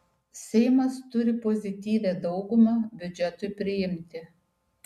seimas turi pozityvią daugumą biudžetui priimti